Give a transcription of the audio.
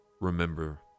remember